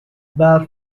برف